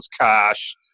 cash